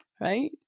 Right